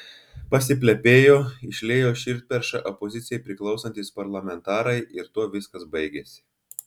pasiplepėjo išliejo širdperšą opozicijai priklausantys parlamentarai ir tuo viskas baigėsi